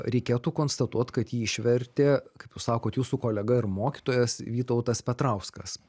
reikėtų konstatuot kad jį išvertė kaip jūs sakot jūsų kolega ir mokytojas vytautas petrauskas